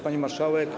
Pani Marszałek!